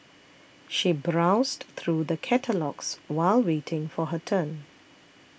she browsed through the catalogues while waiting for her turn